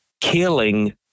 killing